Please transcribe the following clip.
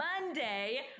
Monday